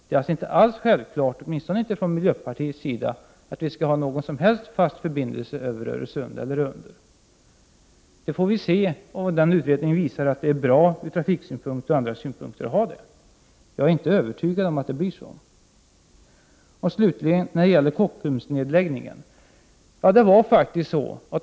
Det är alltså inte alls självklart, åtminstone är vi i miljöpartiet av den uppfattningen, att det över huvud taget skall vara någon form av fast förbindelse över eller under Öresund. En sådan här utredning får väl visa på fördelarna ur trafiksynpunkt eller andra synpunter. Jag är inte övertygad i detta avseende. Slutligen när det gäller nedläggningen av Kockums.